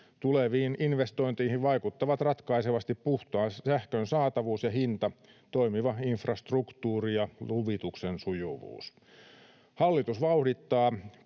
Tuleviin investointeihin vaikuttavat ratkaisevasti puhtaan sähkön saatavuus ja hinta, toimiva infrastruktuuri ja luvituksen sujuvuus. Hallitus vauhdittaa